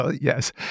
Yes